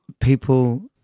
people